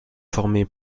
formés